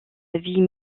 avis